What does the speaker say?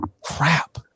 crap